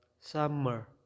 summer